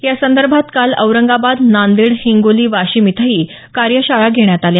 यासंदर्भात काल औरंगाबाद नांदेड हिंगोली वाशिम इथंही कार्यशाळा घेण्यात आल्या